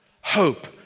Hope